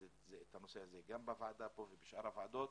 את הנושא הזה גם בוועדה פה ובשאר הוועדות